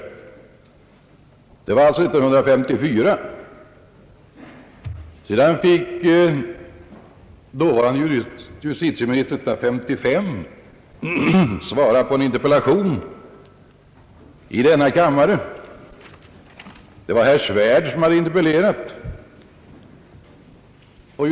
Detta var alltså 1954. År 1955 fick dåvarande justitieministern svara på en interpellation av herr Svärd i denna kammare.